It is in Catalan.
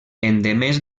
endemés